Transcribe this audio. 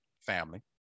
family